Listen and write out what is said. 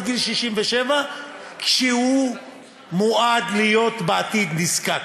גיל 67 כשהוא מועד להיות בעתיד נזקק,